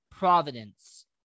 Providence